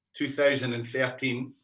2013